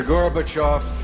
Gorbachev